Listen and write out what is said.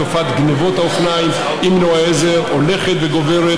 תופעת גנבות אופניים עם מנוע עזר הולכת וגוברת,